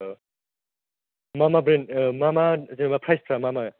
मा मा ब्रेन्द मा मा जेनेबा प्राइसफ्रा मा मा